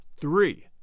three